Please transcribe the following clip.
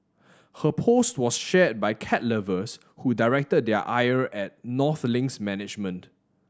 her post was shared by cat lovers who directed their ire at North Link's management